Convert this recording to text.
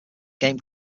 game